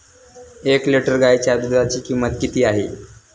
एक लिटर गाईच्या दुधाची किंमत किती आहे?